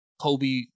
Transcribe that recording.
Kobe